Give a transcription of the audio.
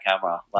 camera